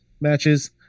matches